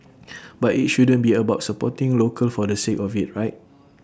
but IT shouldn't be about supporting local for the sake of IT right